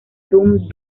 dum